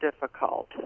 difficult